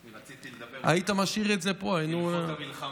היית משאיר את זה, היינו,